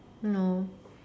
no